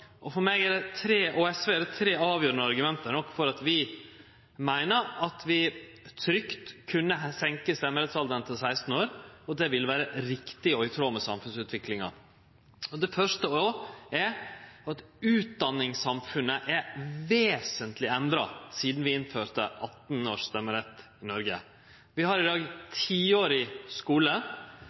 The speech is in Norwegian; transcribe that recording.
For meg og SV er det tre avgjerande argument for at vi meiner at vi trygt kan setje ned stemmerettsalderen til 16 år og det vil vere riktig og i tråd med samfunnsutviklinga. Det første er at utdanningssamfunnet er vesentleg endra sidan vi innførte 18-års stemmerett i Noreg. Vi har i dag tiårig